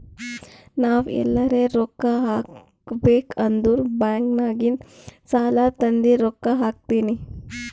ನಾವ್ ಎಲ್ಲಾರೆ ರೊಕ್ಕಾ ಹಾಕಬೇಕ್ ಅಂದುರ್ ಬ್ಯಾಂಕ್ ನಾಗಿಂದ್ ಸಾಲಾ ತಂದಿ ರೊಕ್ಕಾ ಹಾಕ್ತೀನಿ